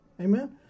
Amen